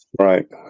Right